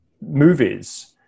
movies